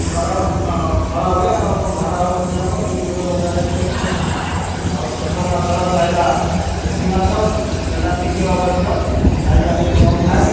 ଧରା ନ ଛଡ଼ା ହୁଏ ଆଉ ଧରା ହୁଏ ସେଗୁଡ଼ାକ ବିକ୍ରି ହୁଏ ବଜାରରେ ଯାଇକି ଆଉ ଛୋଟ ମାଛର ଚାହିଦା ଦେଶୀ ମାଛ ସେଇଟା ଟିକିଏ ଅବଶ୍ୟ ଚାହିଦା ଟିକିଏ କମ୍ ଥାଏ